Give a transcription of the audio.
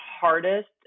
hardest